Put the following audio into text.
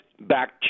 back